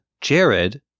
Jared